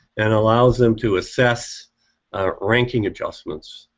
and allows them to assess ah ranking adjustments